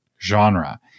genre